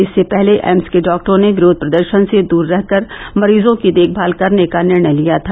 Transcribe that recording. इससे पहले एम्स के डॉक्टरों ने विरोध प्रदर्शन से दूर रहकर मरीजों की देखभाल करने का निर्णय लिया था